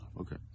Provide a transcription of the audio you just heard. okay